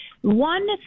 One